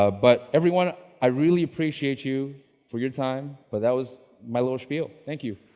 ah but everyone i really appreciate you for your time. but that was my little spiel. thank you.